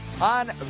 on